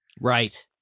right